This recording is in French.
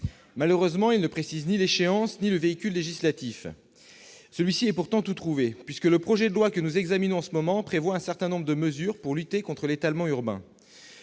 Malheureusement, il ne précise ni l'échéance ni le véhicule législatif. Celui-ci est pourtant tout trouvé, puisque le projet de loi que nous examinons en ce moment prévoit un certain nombre de mesures pour lutter contre l'étalement urbain.